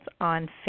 on